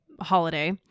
holiday